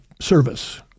service